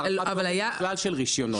הארכה --- בכלל של רישיונות.